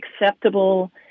acceptable